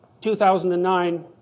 2009